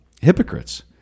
hypocrites